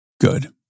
Good